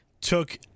took